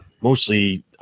mostly